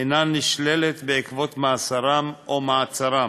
אינה נשללת בעקבות מאסרם או מעצרם.